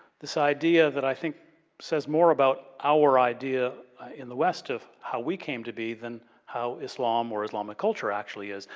this idea that i think says more about our idea in the west of how we came to be, than how islam or islamic culture actually is.